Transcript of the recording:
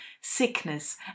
sickness